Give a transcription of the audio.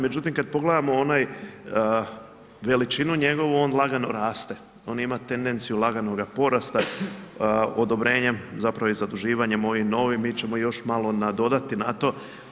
Međutim, kad pogledamo onaj, veličinu njegovu, on lagano raste, on ima tendenciju laganoga porasta odobrenjem zapravo i zaduživanjem ovim novim, mi ćemo još malo nadodati na to.